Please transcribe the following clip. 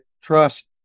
Trust